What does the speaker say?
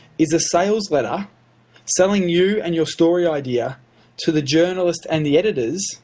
is a sales letter selling you and your story idea to the journalist and the editors